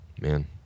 man